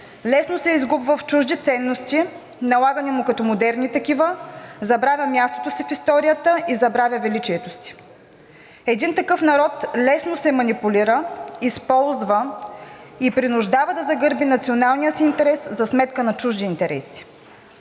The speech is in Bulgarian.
лесно се изгубва в чужди ценности, налагани му като модерни такива, забравя мястото си в историята и забравя величието си. Един такъв народ лесно се манипулира, използва и принуждава да загърби националния си интерес за сметка на чужди интереси.